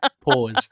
Pause